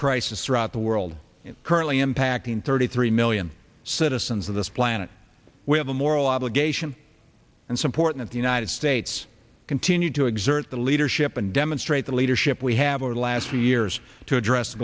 crisis around the world currently impacting thirty three million citizens of this planet we have a moral obligation and support the united states continue to exert the leadership and demonstrate the leadership we have over the last two years to address